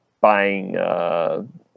buying